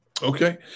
Okay